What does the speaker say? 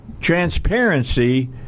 transparency